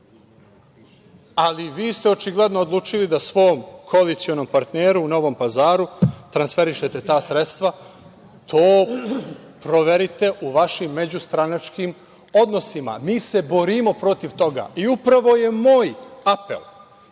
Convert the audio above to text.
ali vi ste očigledno odlučili da svom koalicionom partneru u Novom Pazaru transferišete ta sredstva. To proverite u vašim međustranačkim odnosima. Mi se borimo protiv toga i upravo je moj apel